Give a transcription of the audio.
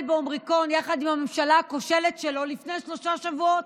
באומיקרון יחד עם הממשלה הכושלת שלו לפני שלושה שבועות,